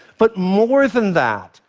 but more than that,